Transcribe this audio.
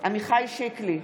עמיחי שיקלי,